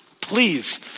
Please